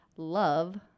Love